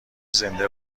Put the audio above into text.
زنده